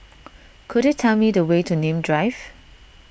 could you tell me the way to Nim Drive